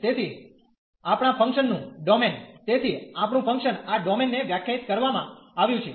તેથી આપણા ફંકશન નું ડોમેન તેથી આપણું ફંક્શન આ ડોમેન ને વ્યાખ્યાયિત કરવામાં આવ્યું છે